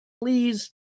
please